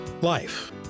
life